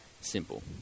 simple